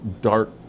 dark